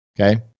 Okay